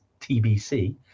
TBC